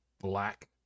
black